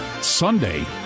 Sunday